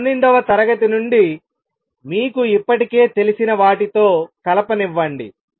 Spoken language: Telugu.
మీ పన్నెండవ తరగతి నుండి మీకు ఇప్పటికే తెలిసిన వాటితో కలపనివ్వండి